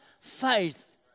faith